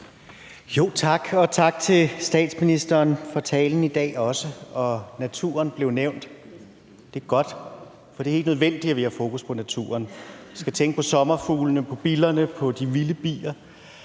og også tak til statsministeren for talen i dag. Naturen blev nævnt, og det er godt, for det er helt nødvendigt, at vi har fokus på naturen. Vi skal tænke på sommerfuglene, på billerne, på de vilde bier.